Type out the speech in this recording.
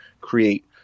create